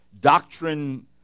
doctrine